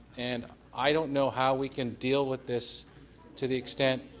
and i don't know how we can deal with this to the extent.